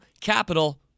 Capital